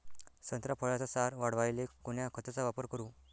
संत्रा फळाचा सार वाढवायले कोन्या खताचा वापर करू?